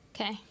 okay